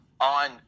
on